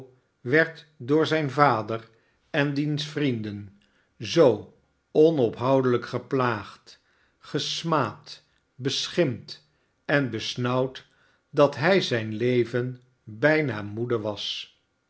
werd door zijn vader en diens vrienden zoo onophoudelijk geplaagd gesmaad beschimpt en besnauwd dat hij zijn leven bijna moede was